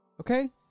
Okay